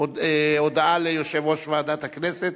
עברה בקריאה ראשונה ותוחזר לוועדת הכנסת